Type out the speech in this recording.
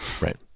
Right